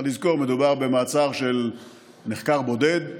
צריך לזכור: מדובר במעצר של נחקר בודד,